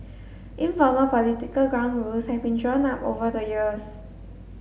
informal political ground rules have been drawn up over the years